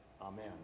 Amen